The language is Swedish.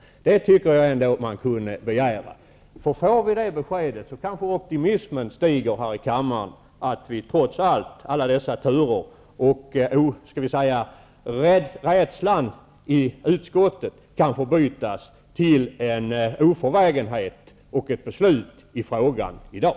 Det tycker jag ändå att man kan begära. Om vi får detta besked kanske optimismen här i kammaren ökar och rädslan i utskotten förbyts i en oförvägenhet och ett beslut i frågan i dag.